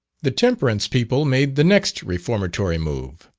the temperance people made the next reformatory move.